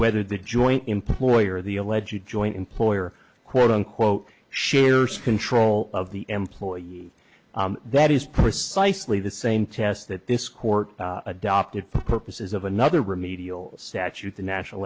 whether the joint employer the alleged joint employer quote unquote shares control of the employee that is precisely the same test that this court adopted for purposes of another remedial statute the national